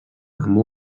amb